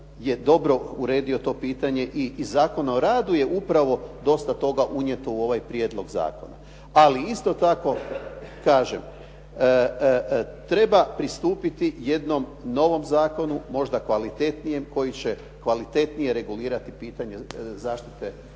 dobro uredio to pitanje i iz Zakona o radu je upravo dosta toga unijeto u ovaj prijedlog zakona. Ali isto tako kažem, treba pristupiti jednom novom zakonu, možda kvalitetnijem koji će kvalitetnije regulirati pitanje zaštite